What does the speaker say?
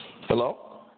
Hello